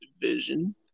division